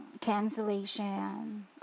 cancellation